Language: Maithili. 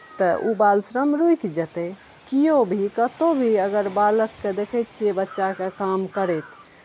तऽ ओ बालश्रम रुकि जेतै केओ भी कतौ भी अगर बालक के देखै छियै बच्चाके काम करैत